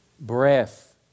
breath